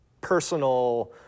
personal